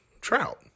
trout